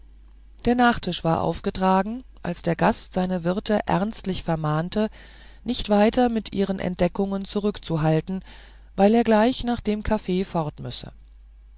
der nachtisch war aufgetragen als der gast seine wirte ernstlich vermahnte nicht weiter mit ihren entdeckungen zurückzuhalten weil er gleich nach dem kaffee fort